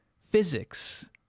physics